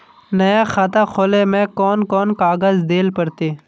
नया खाता खोले में कौन कौन कागज देल पड़ते?